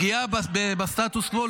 פגיעה בסטטוס קוו,